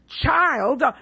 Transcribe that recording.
child